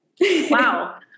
Wow